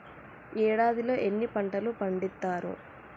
ఏడాదిలో ఎన్ని పంటలు పండిత్తరు?